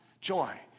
joy